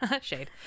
shade